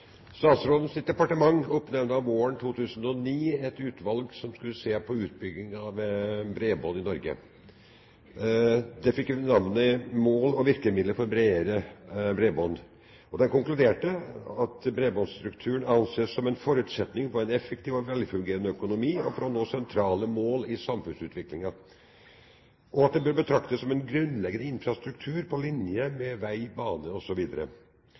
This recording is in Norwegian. departement oppnevnte våren 2009 et utvalg som skulle se på utbyggingen av bredbånd i Norge. Rapporten fikk navnet «Mål og virkemidler for bredere bredbånd», og man konkluderte med at bredbåndsinfrastrukturen anses som en forutsetning for en effektiv og velfungerende økonomi og for å nå sentrale mål i samfunnsutviklingen, og at den bør betraktes som en grunnleggende infrastruktur på linje med vei,